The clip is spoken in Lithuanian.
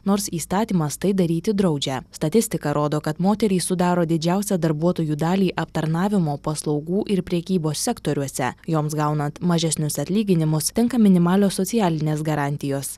nors įstatymas tai daryti draudžia statistika rodo kad moterys sudaro didžiausią darbuotojų dalį aptarnavimo paslaugų ir prekybos sektoriuose joms gaunant mažesnius atlyginimus tenka minimalios socialinės garantijos